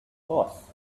boss